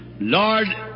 Lord